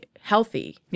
healthy